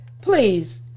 please